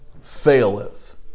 faileth